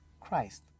Christ